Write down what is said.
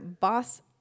Boss